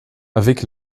avec